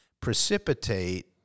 precipitate